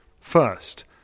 first